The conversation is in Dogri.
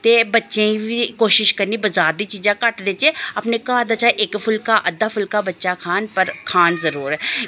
ते बच्चें बी कोशिश करनी बजार दी चीजां घट्ट देह्चै अपने घर दा चाहे इक फुल्का अद्दा फुल्का बच्चा खान पर खान जरूर क्योंकि